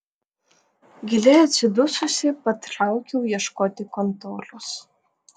giliai atsidususi patraukiau ieškoti kontoros